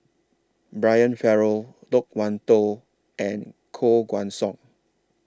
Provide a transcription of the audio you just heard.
Brian Farrell Loke Wan Tho and Koh Guan Song